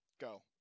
go